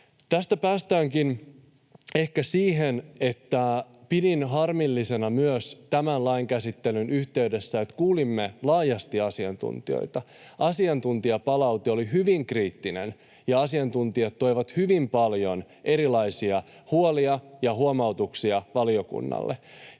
Tästä päästäänkin ehkä siihen, mitä myös pidin harmillisena tämän lain käsittelyn yhteydessä: Kuulimme laajasti asiantuntijoita, asiantuntijapalaute oli hyvin kriittinen, ja asiantuntijat toivat hyvin paljon erilaisia huolia ja huomautuksia valiokunnalle,